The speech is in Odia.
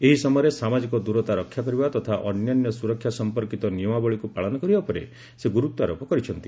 ଏହି ସମୟରେ ସାମାଜିକ ଦୂରତା ରକ୍ଷା କରିବା ତଥା ଅନ୍ୟାନ୍ୟ ସ୍କରକ୍ଷା ସଂପର୍କିତ ନିୟମାବଳୀକୁ ପାଳନ କରିବା ଉପରେ ସେ ଗୁରୁତ୍ୱାରୋପ କରିଛନ୍ତି